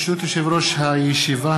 ברשות יושב-ראש הישיבה,